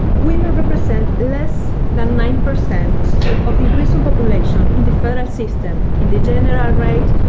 women represent less than nine percent of the prison population in the federal system. in the general rate,